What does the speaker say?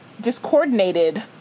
discoordinated